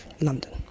London